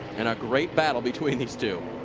and a great battle between these two.